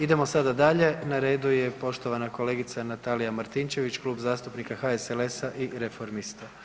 Idemo sada dalje na redu je poštovana kolegica Natalija Martinčević Klub zastupnika HSLS-a i Reformista.